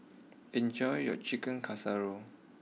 enjoy your Chicken Casserole